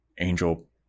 Angel